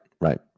Right